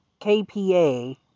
KPA